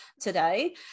today